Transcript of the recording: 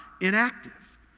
inactive